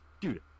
dude